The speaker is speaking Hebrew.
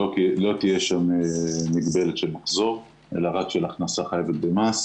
לא תהיה שם מגבלה של מחזור אלא רק של הכנסה חייבת במס.